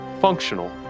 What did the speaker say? functional